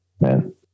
Man